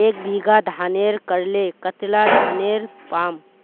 एक बीघा धानेर करले कतला धानेर पाम?